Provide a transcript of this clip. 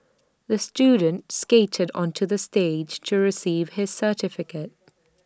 the student skated onto the stage to receive his certificate